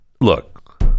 Look